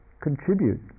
contribute